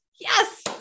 Yes